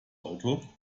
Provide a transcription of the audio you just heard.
auto